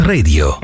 Radio